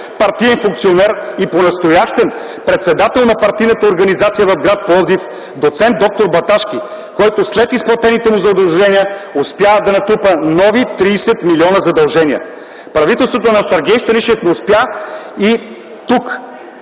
партиен функционер и понастоящем председател на партийната организация в гр. Пловдив доц. д-р Баташки, който след изплатените му задължения успя да натрупа нови 30 милиона задължения. Правителството на Сергей Станишев не успя и тук.